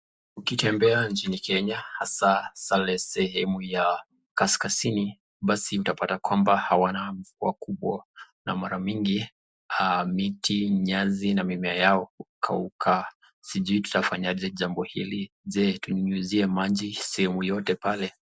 Ukitembea nchini kenya hasaa sehemu ya kaskazini basi utapata kwamba hawana mvua na mara mingi miti nyasi na mimea yao hukauka sijui tutafanya aje hili? Je, tunyunyizie maji sehemu yote pale?